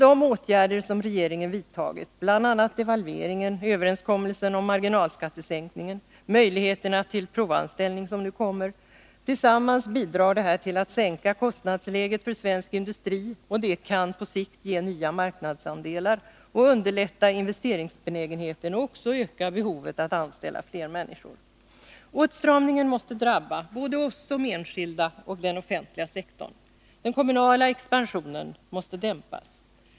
De åtgärder som regeringen har vidtagit — bl.a. devalveringen, överenskommelsen om marginalskattesänkningen, möjligheterna till provanställning, som nu kommer bidrar till att sänka kostnaderna för svensk industri, vilket på sikt kan ge nya marknadsandelar och öka investeringsbenägenheten liksom också behovet att anställa fler människor. Åtstramningen måste drabba både oss som enskilda och den offentliga sektorn. Den kommunala expansionen måste dämpas.